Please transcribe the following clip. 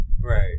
right